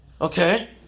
Okay